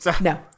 No